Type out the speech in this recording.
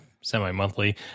semi-monthly